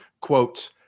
quote